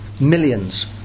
Millions